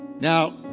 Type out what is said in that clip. Now